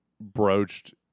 broached